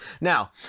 now